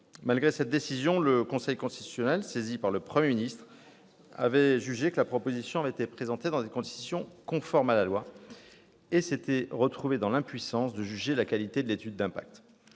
Malgré cette décision, le Conseil constitutionnel, saisi par le Premier ministre, avait jugé que le texte avait été présenté dans des conditions conformes à la loi organique, et s'était déclaré impuissant à juger la qualité de l'étude d'impact.